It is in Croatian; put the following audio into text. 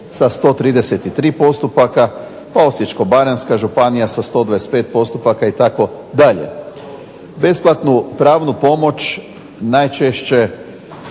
sa 133 postupaka, pa Osječko-baranjska županija sa 125 postupaka itd. Besplatnu pravnu pomoć najčešće